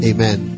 Amen